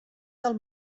del